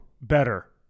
better